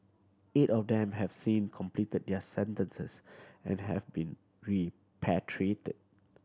eight of them have since completed their sentences and have been repatriated